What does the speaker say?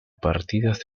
partidas